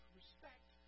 respect